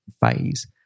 phase